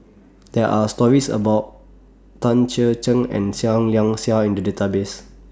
There Are stories about Tan Chee and Seah Liang Seah in The Database